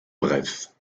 bref